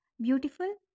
beautiful